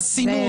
נחכה ארבע שנים.